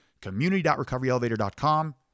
community.recoveryelevator.com